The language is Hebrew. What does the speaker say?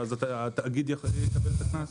ואז התאגיד יקבל את הקנס,